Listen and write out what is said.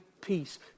peace